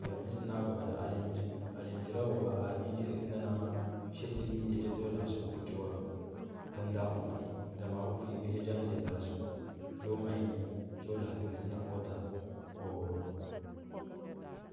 Ngam mə sə na gwa’adə alenyi nji alenyi njirawawa. a a nə nyi ənda ma. a shatili lachi ndo la. a sə u puchi wa kəl ndara avui damala dvui agə lya nja ndiya la. a stun jo mai nyi njo lara dəhə sə na o da